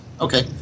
Okay